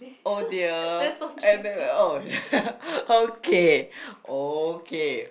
oh dear okay okay